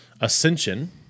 ascension